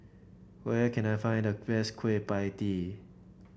where can I find the best Kueh Pie Tee